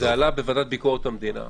עלה בוועדת ביקורת המדינה,